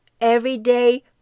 everyday